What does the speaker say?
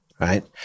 right